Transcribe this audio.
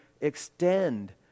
extend